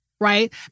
right